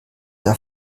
der